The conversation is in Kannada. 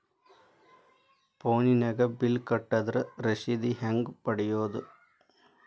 ಫೋನಿನಾಗ ಬಿಲ್ ಕಟ್ಟದ್ರ ರಶೇದಿ ಹೆಂಗ್ ಪಡೆಯೋದು?